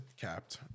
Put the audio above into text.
capped